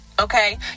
Okay